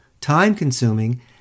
time-consuming